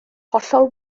hollol